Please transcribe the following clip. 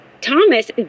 Thomas